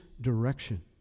direction